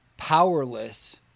powerless